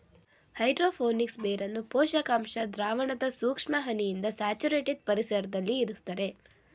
hydro phonics ಬೇರನ್ನು ಪೋಷಕಾಂಶ ದ್ರಾವಣದ ಸೂಕ್ಷ್ಮ ಹನಿಯಿಂದ ಸ್ಯಾಚುರೇಟೆಡ್ ಪರಿಸರ್ದಲ್ಲಿ ಇರುಸ್ತರೆ